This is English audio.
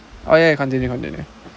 oh ya continue continue